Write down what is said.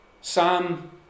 Psalm